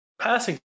Passing